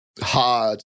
hard